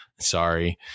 sorry